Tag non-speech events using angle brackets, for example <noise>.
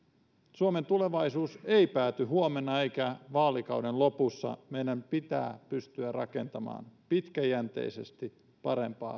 suomen tulevaisuus ei pääty huomenna eikä vaalikauden lopussa meidän pitää pystyä rakentamaan pitkäjänteisesti parempaa <unintelligible>